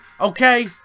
Okay